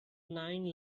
nine